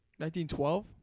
1912